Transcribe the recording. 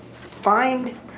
Find